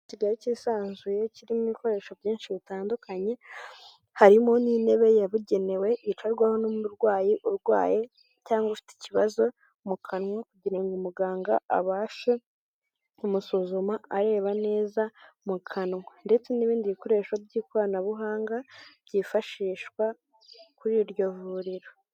Igikoresho kigari cyisanzuye kirimo ibikoresho byinshi bitandukanye, harimo n'intebe yabugenewe yicarwaho n'umurwayi urwaye cyangwa ufite ikibazo mu kanwa kugira muganga abashe kumusuzuma areba neza mu kanwa, ndetse n'ibindi bikoresho by'ikoranabuhanga byifashishwa kuri iryo vuriro.